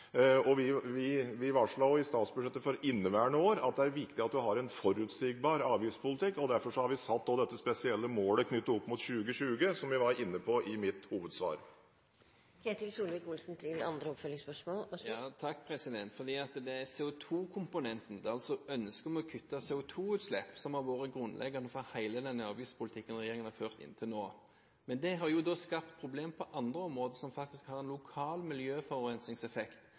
Vi varslet også i statsbudsjettet for inneværende år at det er viktig at vi har en forutsigbar avgiftspolitikk, og derfor har vi også satt dette spesielle målet knyttet opp mot 2020, som jeg var inne på i mitt hovedsvar. Det er CO2-komponenten, altså ønsket om å kutte CO2-utslippet, som har vært grunnleggende for hele den avgiftspolitikken regjeringen har ført til nå. Men det har skapt problemer på andre områder som faktisk har en lokal miljøforurensningseffekt